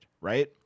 right